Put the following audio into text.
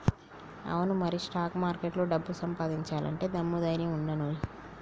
అవును మరి స్టాక్ మార్కెట్లో డబ్బు సంపాదించాలంటే దమ్ము ధైర్యం ఉండానోయ్